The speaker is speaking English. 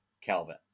kelvin